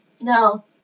no